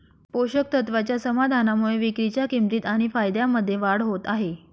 पोषक तत्वाच्या समाधानामुळे विक्रीच्या किंमतीत आणि फायद्यामध्ये वाढ होत आहे